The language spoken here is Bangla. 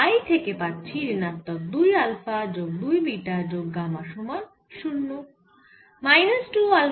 I থেকে পাচ্ছি ঋণাত্মক 2 আলফা যোগ 2 বিটা যোগ গামা সমান 0